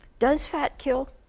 does fat kill?